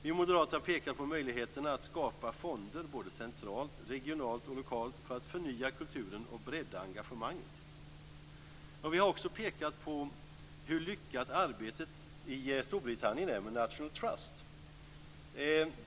Vi moderater har pekat på möjligheterna att skapa fonder både centralt, regionalt och lokalt för att förnya kulturen och bredda engagemanget. Vi har också pekat på hur lyckat arbetet i Storbritannien är med National Trust.